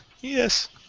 yes